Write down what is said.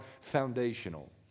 foundational